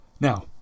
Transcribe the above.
Now